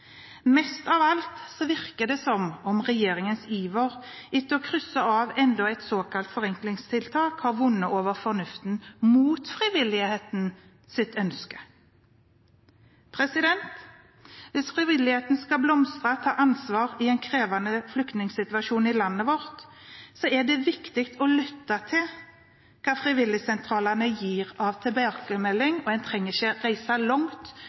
Mest av alt virker det som om regjeringens iver etter å krysse av enda et såkalt forenklingstiltak, har vunnet over fornuften, mot frivillighetens ønske. Hvis frivilligheten skal blomstre og ta ansvar i en krevende flyktningsituasjon i landet vårt, er det viktig å lytte til hva frivilligsentralene gir av tilbakemelding. En trenger ikke reise langt